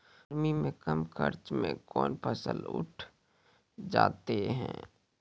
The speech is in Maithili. गर्मी मे कम खर्च मे कौन फसल उठ जाते हैं?